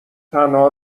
تنها